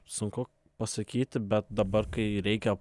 sunku pasakyti bet dabar kai reikia